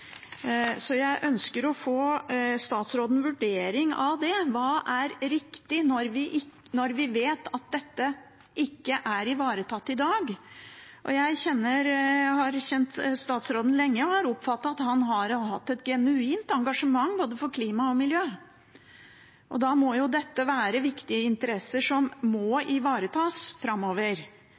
Jeg ønsker å få statsrådens vurdering av dette: Hva er riktig når vi vet at dette ikke er ivaretatt i dag? Jeg har kjent statsråden lenge og oppfattet at han har hatt et genuint engasjement for både klimaet og miljøet. Da må jo dette være viktige interesser som må ivaretas framover.